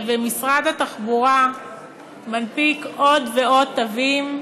משרד התחבורה מנפיק עוד ועוד תווים,